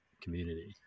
community